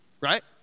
right